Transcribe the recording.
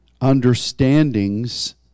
understandings